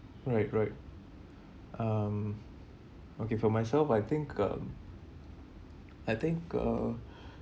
right right um okay for myself I think um I think uh